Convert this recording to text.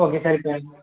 okay sir இப்போ நீங்கள்